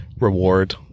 reward